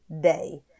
day